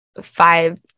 five